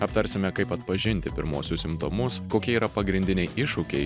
aptarsime kaip atpažinti pirmuosius simptomus kokie yra pagrindiniai iššūkiai